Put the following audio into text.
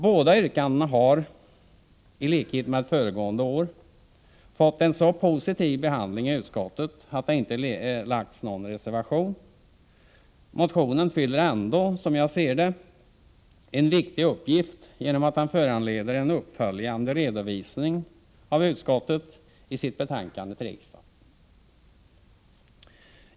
Båda yrkandena har — i likhet med föregående år — fått en så positiv behandling i utskottet att det inte framlagts någon reservation. Motionen fyller ändå, som jag ser det, en viktig uppgift genom att den föranleder en uppföljande redovisning av utskottet i sitt betänkande till riksdagen.